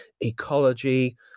ecology